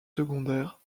secondaires